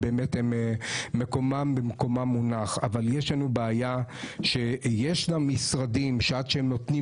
יש לנו בעיה שיש משרדים שעד שהם נותנים